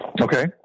Okay